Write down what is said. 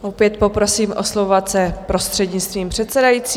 Opět poprosím oslovovat se prostřednictvím předsedající.